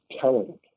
telling